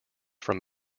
from